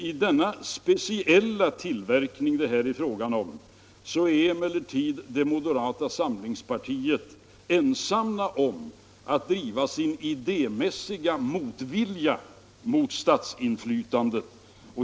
I den speciella tillverkning det här är fråga om är emellertid moderata samlingspartiet ensamt om att driva sin idémässiga motvilja mot statsinflytande.